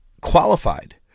qualified